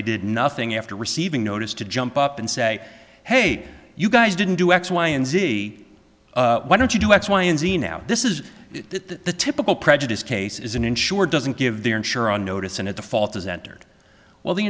they did nothing after receiving notice to jump up and say hey you guys didn't do x y and z why don't you do x y and z now this is the typical prejudice case is an insurer doesn't give their insurer on notice and at the fault is entered well the